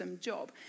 job